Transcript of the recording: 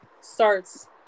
starts